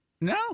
No